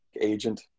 agent